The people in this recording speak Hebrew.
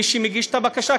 מי שמגיש את הבקשה,